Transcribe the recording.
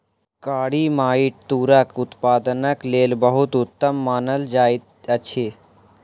कारी माइट तूरक उत्पादनक लेल बहुत उत्तम मानल जाइत अछि